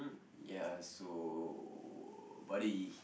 ya so buddy